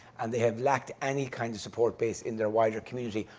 and they have lacked any kind of support base in their wider community,